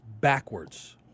backwards